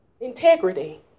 Integrity